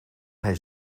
hij